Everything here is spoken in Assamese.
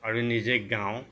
আৰু নিজে গাওঁ